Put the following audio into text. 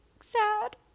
sad